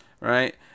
right